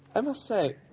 i must say,